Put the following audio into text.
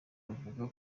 avuga